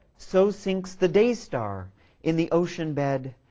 so sinks the day-star in the ocean bed,